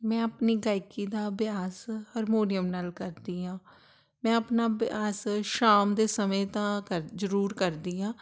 ਮੈਂ ਆਪਣੀ ਗਾਇਕੀ ਦਾ ਅਭਿਆਸ ਹਰਮੋਨੀਅਮ ਨਾਲ ਕਰਦੀ ਹਾਂ ਮੈਂ ਆਪਣਾ ਅਭਿਆਸ ਸ਼ਾਮ ਦੇ ਸਮੇਂ ਤਾਂ ਕਰ ਜ਼ਰੂਰ ਕਰਦੀ ਹਾਂ